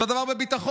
אותו דבר בביטחון.